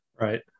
right